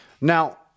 Now